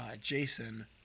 Jason